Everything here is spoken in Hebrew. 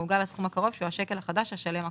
מעוגל לסכום הקרוב שהוא השקל החדש השלם הקרוב.".